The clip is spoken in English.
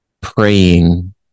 praying